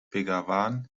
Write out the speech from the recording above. begawan